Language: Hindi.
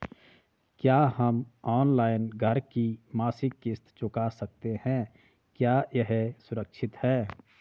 क्या हम ऑनलाइन घर की मासिक किश्त चुका सकते हैं क्या यह सुरक्षित है?